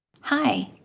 Hi